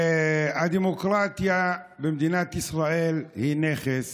הדמוקרטיה במדינת ישראל היא נכס